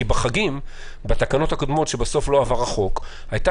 כי בתקנות הקודמות בסוף לא עבר החוק הייתה